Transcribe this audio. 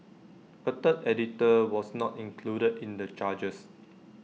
A third editor was not included in the charges